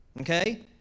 okay